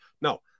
No